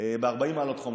לפעמים ב-40 מעלות חום,